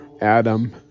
Adam